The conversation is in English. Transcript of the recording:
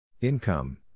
Income